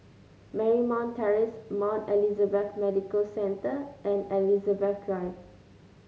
Marymount Terrace Mount Elizabeth Medical Centre and Elizabeth Drive